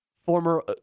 former